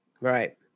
Right